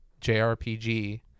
JRPG